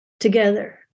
together